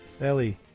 Ellie